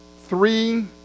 three